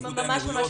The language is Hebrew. איחוד האמירויות,